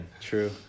True